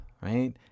right